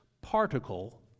particle